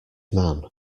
man